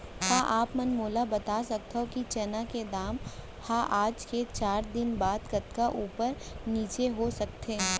का आप मन मोला बता सकथव कि चना के दाम हा आज ले चार दिन बाद कतका ऊपर नीचे हो सकथे?